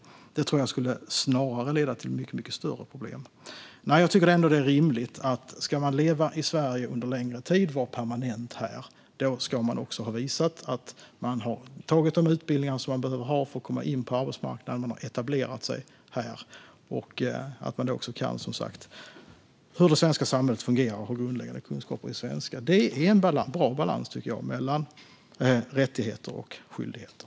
Det tror jag snarare skulle leda till mycket större problem. Jag tycker att det är rimligt att om man ska leva i Sverige under längre tid och vara här permanent ska man också visa att man gått de utbildningar som behövs för att komma in på arbetsmarknaden, att man har etablerat sig här och att man, som sagt, vet hur det svenska samhället fungerar och har grundläggande kunskaper i svenska. Detta tycker jag är en bra balans mellan rättigheter och skyldigheter.